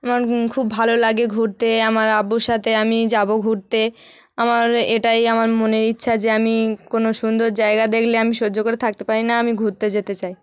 আমার খুব ভালো লাগে ঘুরতে আমার আব্বুর সাথে আমি যাবো ঘুরতে আমার এটাই আমার মনের ইচ্ছা যে আমি কোনো সুন্দর জায়গা দেখলে আমি সহ্য করে থাকতে পারি না আমি ঘুরতে যেতে চাই